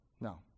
No